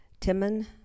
Timon